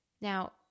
Now